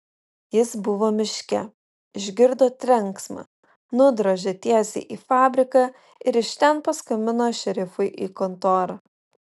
jis buvo miške išgirdo trenksmą nudrožė tiesiai į fabriką ir iš ten paskambino šerifui į kontorą